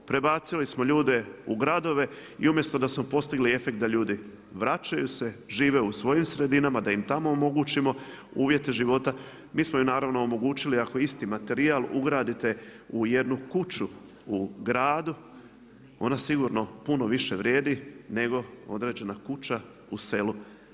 Prebacili smo ljude u gradove i umjesto da smo postigli efekt da ljudi vraćaju se, žive u svojim sredinama da im tamo omogućimo uvjete života mi smo im naravno omogućili ako isti materijal ugradite u jednu kuću u gradu ona sigurno puno više vrijedi nego određena kuća u selu.